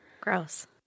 gross